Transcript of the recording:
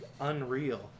unreal